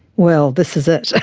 well, this is it.